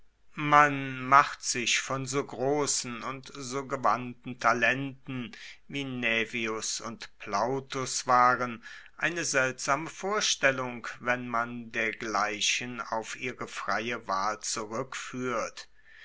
man macht sich von so grossen und so gewandten talenten wie naevius und plautus waren eine seltsame vorstellung wenn man dergleichen auf ihre freie wahl